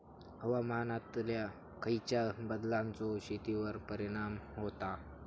हवामानातल्या खयच्या बदलांचो शेतीवर परिणाम होता?